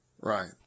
right